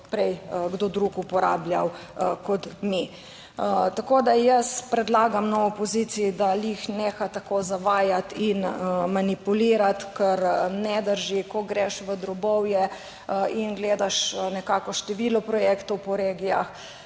kdo drug uporabljal kot mi. Tako, da jaz predlagam, no, opoziciji, da glih neha tako zavajati in manipulirati, ker ne drži. Ko greš v drobovje in gledaš nekako število projektov po regijah